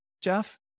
Jeff